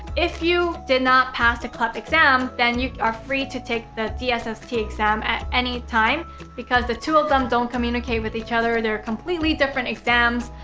if you did not pass the clep exam, then you are free to take the dsst exam at any time because the two of them don't communicate with each other. they're completely different exams.